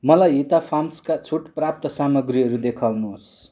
मलाई हिता फार्म्सका छुट प्राप्त सामग्रीहरू देखाउनुहोस्